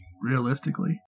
realistically